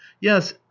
Yes